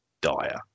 dire